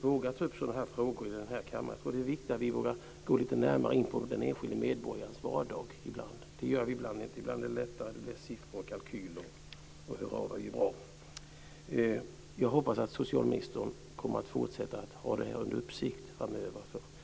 vågar ta upp dessa ärenden i kammaren. Det är viktigt att vi vågar gå lite närmare in på den enskilde medborgarens vardag. Ibland är det lättare med siffror och kalkyler - "Hurra vad vi är bra!" Jag hoppas att socialministern kommer att fortsätta att ha frågan under uppsikt framöver.